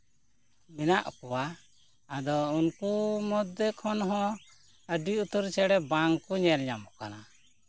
ᱢᱮᱱᱟᱜ ᱠᱚᱣᱟ ᱟᱫᱚ ᱩᱱᱠᱩ ᱢᱚᱫᱽᱫᱷᱮ ᱠᱷᱚᱱ ᱦᱚᱸ ᱟᱹᱰᱤ ᱩᱛᱟᱹᱨ ᱪᱮᱬᱮ ᱵᱟᱝᱠᱚ ᱧᱮᱞ ᱧᱟᱢᱚᱜ ᱠᱟᱱᱟ